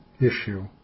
issue